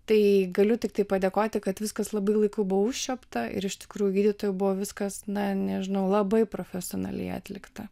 tai galiu tiktai padėkoti kad viskas labai laiku buvo užčiuopta ir iš tikrų gydytojų buvo viskas na nežinau labai profesionaliai atlikta